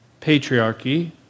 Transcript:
patriarchy